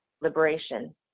liberation